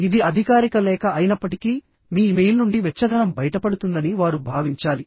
ఇది అధికారిక లేఖ అయినప్పటికీ మీ ఇమెయిల్ నుండి వెచ్చదనం బయటపడుతుందని వారు భావించాలి